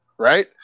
Right